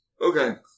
Okay